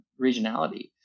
regionality